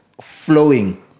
flowing